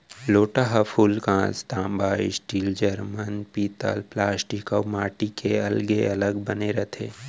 लोटा ह फूलकांस, तांबा, स्टील, जरमन, पीतल प्लास्टिक अउ माटी के अलगे अलग बने रथे